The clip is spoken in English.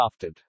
crafted